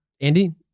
Andy